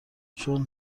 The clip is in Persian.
چون